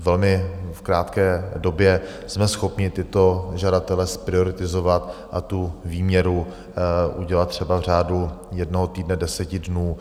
Ve velmi krátké době jsme schopni tyto žadatele zprioritizovat a výměru udělat třeba v řádu jednoho týdne, deseti dnů.